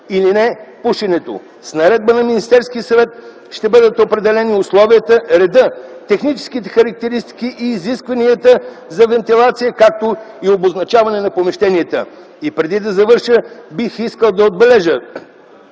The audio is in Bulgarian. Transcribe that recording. или не. С Наредба на Министерския съвет ще бъдат определени условията, редът, техническите характеристики и изискванията за вентилация, както и обозначаване на помещенията. Преди да завърша, бих искал да отбележа,